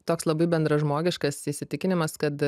toks labai bendražmogiškas įsitikinimas kad